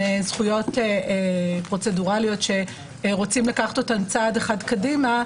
זכויות פרוצדורליות שרוצים לקחת אותך צעד אחד קדימה.